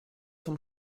vom